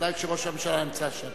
בוודאי כשראש הממשלה נמצא שם.